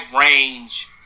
range